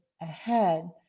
ahead